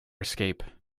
escape